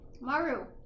Maru